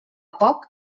poc